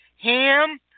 ham